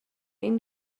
این